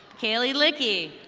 kaylee liggy.